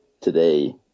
today